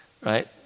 right